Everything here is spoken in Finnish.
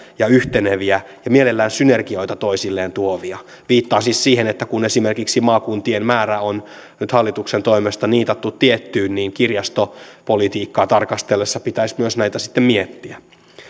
ja yhteneviä ja mielellään synergioita toisilleen tuovia viittaan siis siihen että kun esimerkiksi maakuntien määrä on nyt hallituksen toimesta niitattu tiettyyn niin kirjastopolitiikkaa tarkastellessa pitäisi sitten myös näitä miettiä